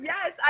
Yes